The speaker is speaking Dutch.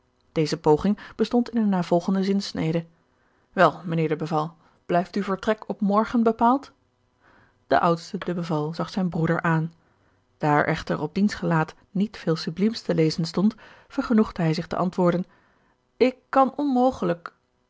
deze poging bestond in de navolgende zinsnede wel mijnheer de beval blijft uw vertrek op morgen bepaald de oudste de beval zag zijn broeder aan daar echter op diens gelaat niet veel subliems te lezen stond vergenoegde hij zich te antwoorden ik kan onmogelijk